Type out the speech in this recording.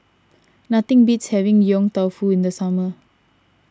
nothing beats having Yong Tau Foo in the summer